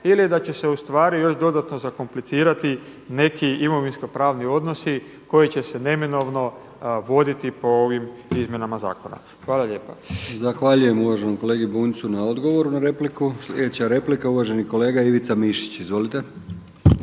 ili da će se u stvari još dodatno zakomplicirati neki imovinsko-pravni odnosi koji će se neminovno voditi po ovim izmjenama zakona. Hvala lijepa. **Brkić, Milijan (HDZ)** Zahvaljujem uvaženom kolegi Bunjcu na odgovoru na repliku. Sljedeća replika je uvaženi kolega Ivica Mišić, izvolite.